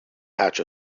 patch